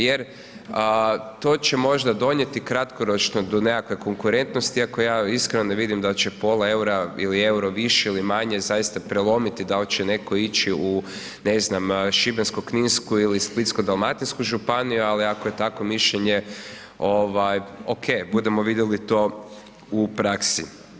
Jer to će možda donijeti kratkoročno do nekakve konkurentnosti iako ja iskreno ne vidim da će pola EUR-a ili EUR-o više ili manje zaista prelomiti, dal će netko ići u ne znam šibensko-kninsku ili splitsko-dalmatinsku županiju, ali ako je takvo mišljenje, okej, budemo vidjeli to u praksi.